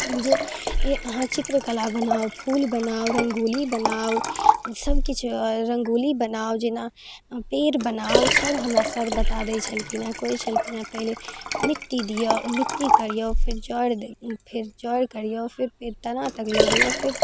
जे अहाँ चित्रकला बनाउ फूल बनाउ रङ्गोली बनाउ सब किछु रङ्गोली बनाउ जेना पेड़ बनाउ सब हमरा सर बता दै छलखिन हँ कहे छलखिन हँ पहिले मिट्टी दियौ मिट्टी करियौ फेर जड़ फेर जड़ करियौ फेर तना तक लऽ जइयो